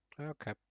Okay